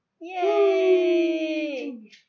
Yay